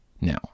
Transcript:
Now